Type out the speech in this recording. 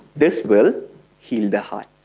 this will heal the heart.